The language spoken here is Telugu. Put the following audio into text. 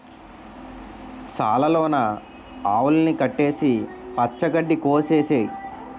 సాల లోన ఆవుల్ని కట్టేసి పచ్చ గడ్డి కోసె ఏసేయ్